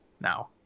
now